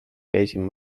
käisin